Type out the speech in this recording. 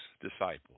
disciples